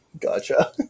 Gotcha